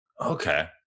Okay